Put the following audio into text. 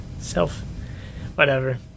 Self-whatever